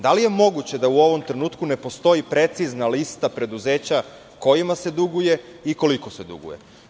Da li je moguće da u ovom trenutku ne postoji precizna lista preduzeća kojima se duguje i koliko se duguje?